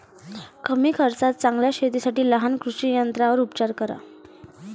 कमी खर्चात चांगल्या शेतीसाठी लहान कृषी यंत्रांवर उपचार करा